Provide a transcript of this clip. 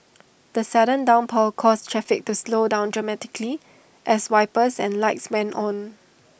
the sudden downpour caused traffic to slow down dramatically as wipers and lights went on